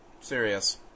serious